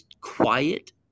quiet